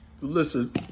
Listen